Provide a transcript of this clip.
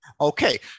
Okay